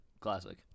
Classic